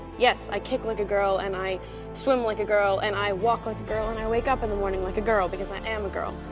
yes! i kick like a girl, and i swim like a girl, and i walk like a girl, and i wake up in the morning like a girl. because i am a girl.